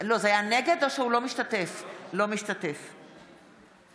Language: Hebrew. בהצבעה